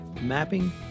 Mapping